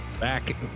Back